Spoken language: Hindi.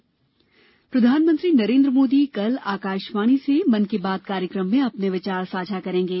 मन की बात प्रधानमंत्री नरेन्द्र मोदी कल आकाशवाणी से मन की बात कार्यक्रम में अपने विचार साझा करेंगे